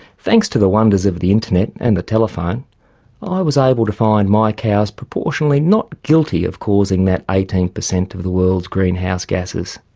thanks to the wonders of the internet and the telephone i was able to find my cows proportionally not guilty of causing that eighteen percent of the world's greenhouse gasses.